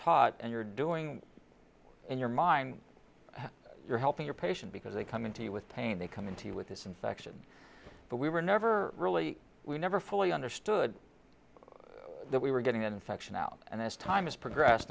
taught and you're doing in your mind you're helping your patient because they come into you with pain they come into you with this infection but we were never really we never fully understood that we were getting an infection out and as time has progressed